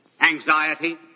anxiety